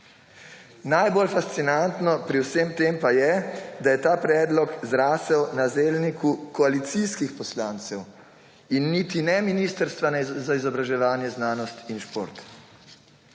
Najbolj fascinantno pri vsem tem pa je, da je ta predlog zrasel na zelniku koalicijskih poslancev in niti ne Ministrstva za izobraževanje, znanost in šport.